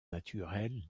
naturelle